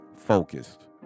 focused